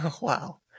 Wow